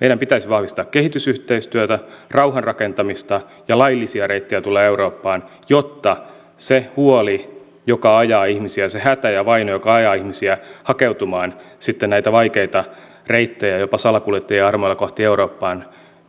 meidän pitäisi vahvistaa kehitysyhteistyötä rauhanrakentamista ja laillisia reittejä tulla eurooppaan jotta se huoli joka ajaa ihmisiä se hätä ja vaino joka ajaa ihmisiä hakeutumaan sitten näitä vaikeita reittejä jopa salakuljettajien armoilla kohti eurooppaa